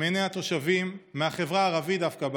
מעיני התושבים מהחברה הערבית דווקא בארץ.